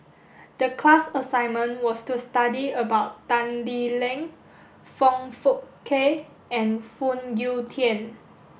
the class assignment was to study about Tan Lee Leng Foong Fook Kay and Phoon Yew Tien